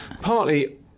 Partly